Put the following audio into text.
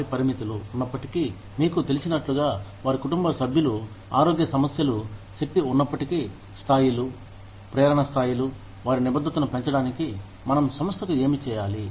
వారి పరిమితులు ఉన్నప్పటికీ మీకు తెలిసినట్లుగా వారి కుటుంబ సమస్యలు ఆరోగ్య సమస్యలు శక్తి ఉన్నప్పటికీ స్థాయిలు ప్రేరణ స్థాయిలు వారి నిబద్ధతను పెంచడానికి మనం సంస్థకు ఏమి చేయాలి